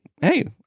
hey